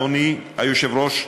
אדוני היושב-ראש,